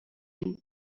you